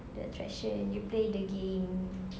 the attraction you play the game